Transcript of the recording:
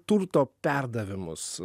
turto perdavimus